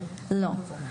לא.